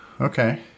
Okay